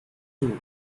two